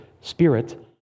spirit